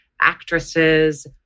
actresses